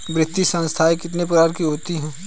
वित्तीय संस्थाएं कितने प्रकार की होती हैं?